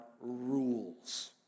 rules